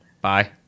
Bye